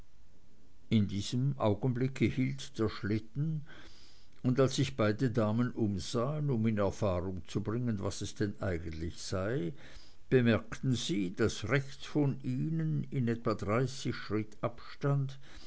in diesem augenblick hielt der schlitten und als sich beide damen umsahen um in erfahrung zu bringen was es denn eigentlich sei bemerkten sie daß rechts von ihnen in etwa dreißig schritt abstand